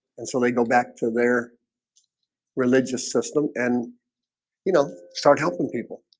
and so they go back to their religious system and you know start helping people